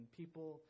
people